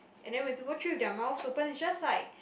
and then when people chew with their mouths open it's just like